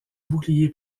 bouclier